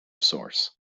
source